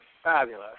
Fabulous